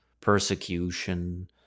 persecution